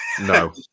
No